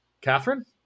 Catherine